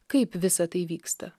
kaip visa tai vyksta